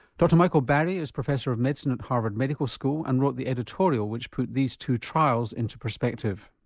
dr michael barry is professor of medicine at harvard medical school and wrote the editorial which put these two trials into perspective.